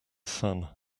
sun